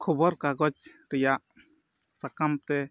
ᱠᱷᱚᱵᱚᱨ ᱠᱟᱜᱚᱡᱽ ᱨᱮᱭᱟᱜ ᱥᱟᱠᱟᱢᱛᱮ